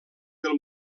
del